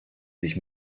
sich